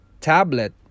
tablet